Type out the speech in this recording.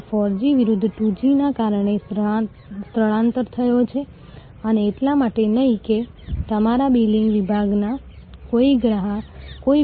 તેથી સેવા વિતરણની પ્રકૃતિ સતત હોઈ શકે છે અને અલગ વ્યવહાર હોઈ શકે છે